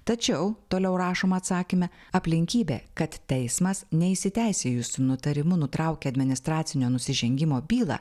tačiau toliau rašoma atsakyme aplinkybė kad teismas neįsiteisėjusiu nutarimu nutraukė administracinio nusižengimo bylą